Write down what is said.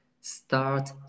start